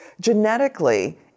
genetically